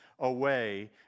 away